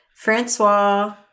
Francois